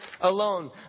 alone